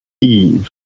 Eve